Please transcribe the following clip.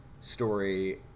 story